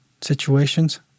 situations